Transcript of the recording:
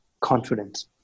confidence